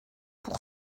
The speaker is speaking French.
pour